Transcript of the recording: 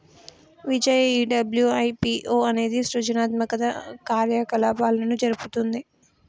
విజయ ఈ డబ్ల్యు.ఐ.పి.ఓ అనేది సృజనాత్మక కార్యకలాపాలను జరుపుతుంది